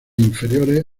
inferiores